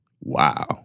wow